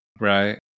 right